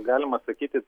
galima sakyti